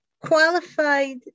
qualified